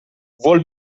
vuol